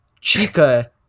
Chica